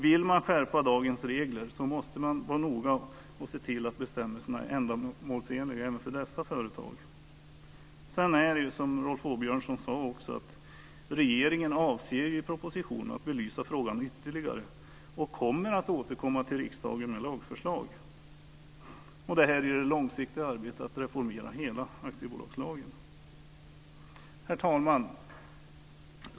Vill man skärpa lagens regler måste man vara noga och se till att bestämmelserna är ändamålsenliga även för dessa företag. Sedan är det så, som Rolf Åbjörnsson också sade, att regeringen i propositionen avser att belysa frågan ytterligare och kommer att återkomma till riksdagen med lagförslag. Det här är det långsiktiga arbetet med att reformera hela aktiebolagslagen. Herr talman!